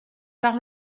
car